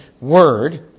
word